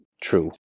True